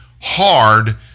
hard